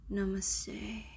Namaste